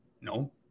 No